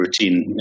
routine